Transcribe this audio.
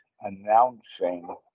announcing